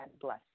bless